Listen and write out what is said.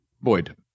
Boyd